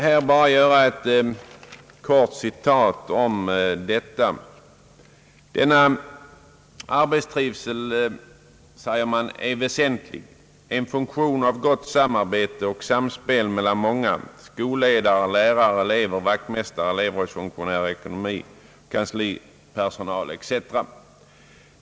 Jag vill göra ett kort citat om detta: »Denna arbetstrivsel är väsentligen en funktion av gott samarbete och samspel mellan många: skolledare, elever, vaktmästare, elevrådsfunktionärer, ekonomioch kanslipersonal etc.